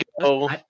go